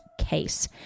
case